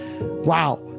Wow